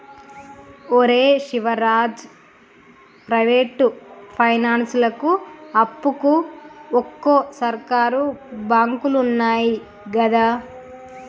ఒరే శివరాజం, ప్రైవేటు పైనాన్సులకు అప్పుకు వోకు, సర్కారు బాంకులున్నయ్ గదా